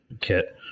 kit